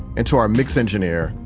and to our mix engineer,